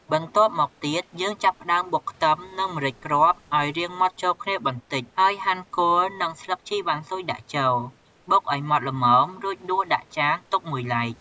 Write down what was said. បន្ទាប់មកទៀត យើងចាប់ផ្ដើមបុកខ្ទឹម និង ម្រេចគ្រាប់ឲ្យរាងម៉ដ្ឋចូលគ្នាបន្តិច ហើយហាន់គល់ និងស្លឹកជីវ៉ាន់ស៊ុយដាក់ចូល បុកឲ្យម៉ដ្ឋល្មម រួចដួសដាក់ចានទុកមួយឡែក។